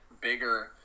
bigger